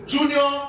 Junior